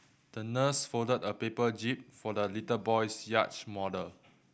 the nurse folded a paper jib for the little boy's yacht model